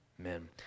amen